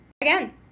again